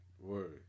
Word